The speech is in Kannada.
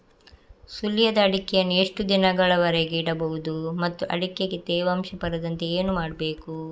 ಸುಲಿಯದ ಅಡಿಕೆಯನ್ನು ಎಷ್ಟು ದಿನಗಳವರೆಗೆ ಇಡಬಹುದು ಮತ್ತು ಅಡಿಕೆಗೆ ತೇವಾಂಶ ಬರದಂತೆ ಏನು ಮಾಡಬಹುದು?